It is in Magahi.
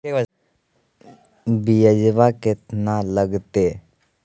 ब्यजवा केतना लगते?